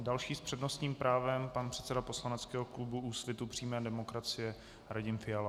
Další s přednostním právem pan předseda poslaneckého klubu Úsvitu přímé demokracie Radim Fiala.